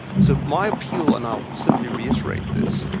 so my appeal, and i'll simply reiterate this,